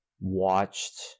watched